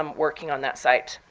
um working on that site.